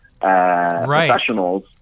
professionals